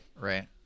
right